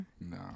No